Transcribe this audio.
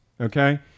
Okay